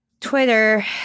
Twitter